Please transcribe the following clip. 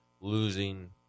losing